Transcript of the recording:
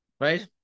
Right